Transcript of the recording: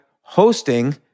hosting